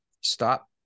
stop